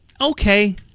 Okay